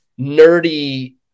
nerdy